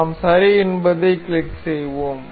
நாம் சரி என்பதைக் கிளிக் செய்வோம்